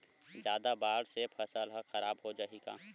जादा बाढ़ से फसल ह खराब हो जाहि का?